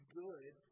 good